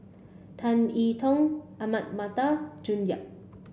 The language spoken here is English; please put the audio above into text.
Tan Yi Tong Ahmad Mattar June Yap